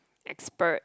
expert